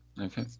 Okay